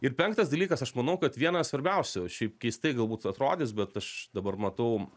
ir penktas dalykas aš manau kad vienas svarbiausių šiaip keistai galbūt atrodys bet aš dabar matau